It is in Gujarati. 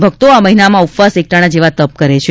ભક્તો આ મહિનામાં ઉપવાસ એકટાણાં જેવા તપ કરે છે